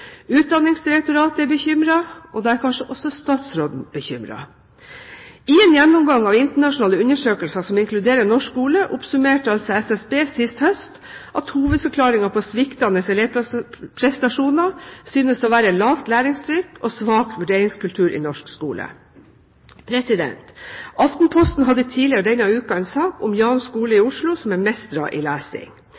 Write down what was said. Utdanningsdirektoratet er bekymret, og da er kanskje også statsråden bekymret. I en gjennomgang av internasjonale undersøkelser som inkluderer norsk skole, oppsummerte altså SSB sist høst med at hovedforklaringen på sviktende elevprestasjoner synes å være lavt læringstrykk og svak vurderingskultur i norsk skole. Aftenposten hadde tidligere denne uken en sak om Ljan skole i